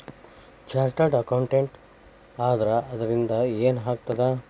Chartered accountant ಆದ್ರ ಅದರಿಂದಾ ಏನ್ ಆಗ್ತದ?